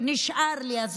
בזמן שנשאר לי,